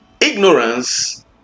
ignorance